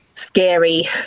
scary